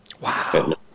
Wow